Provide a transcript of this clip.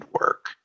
work